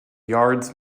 yard